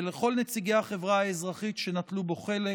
ולכל נציגי החברה האזרחית שנטלו בו חלק.